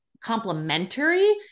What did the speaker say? complementary